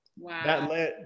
Wow